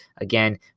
Again